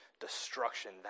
destruction